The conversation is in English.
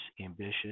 ambitious